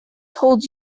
told